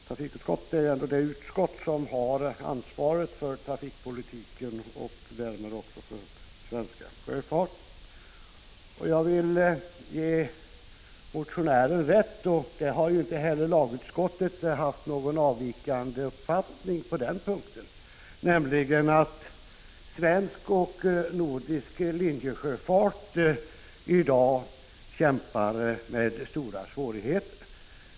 Trafikutskottet är ändå det utskott som har ansvaret för trafikpolitiken och därmed också för den svenska sjöfarten. Jag vill ge motionären rätt i att — inte heller lagutskottet har haft någon avvikande uppfattning på den punkten — svensk och nordisk linjesjöfart i dag kämpar med stora svårigheter.